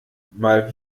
mal